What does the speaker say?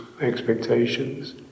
expectations